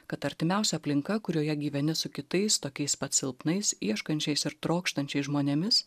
kad artimiausia aplinka kurioje gyveni su kitais tokiais pat silpnais ieškančiais ir trokštančiais žmonėmis